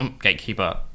gatekeeper